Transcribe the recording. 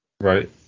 right